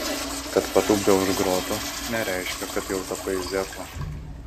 kad patupdė už grotų nereiškia kad jau tapai zeku